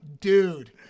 dude